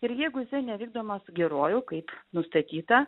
ir jeigu jisai nevykdomas geruoju kaip nustatyta